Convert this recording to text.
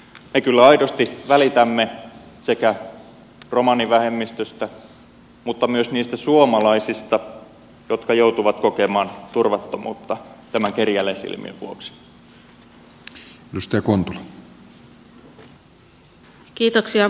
me kyllä aidosti välitämme sekä romanivähemmistöstä että myös niistä suomalaisista jotka joutuvat kokemaan turvattomuutta tämän kerjäläisilmiön vuoksi